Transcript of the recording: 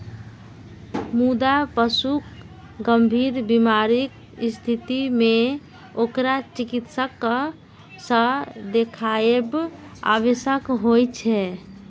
मुदा पशुक गंभीर बीमारीक स्थिति मे ओकरा चिकित्सक सं देखाएब आवश्यक होइ छै